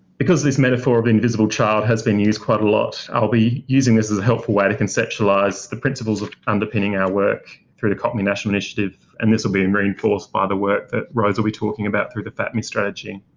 because this metaphor of the invisible child has been used quite a lot, i'll be using this as a helpful way to conceptualise the principles underpinning our work through the copmi national initiative, and this'll be and reinforced by the work that rose will be talking about through the fapmi strategy.